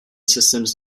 systems